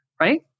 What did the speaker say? right